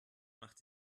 macht